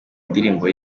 ndirimbo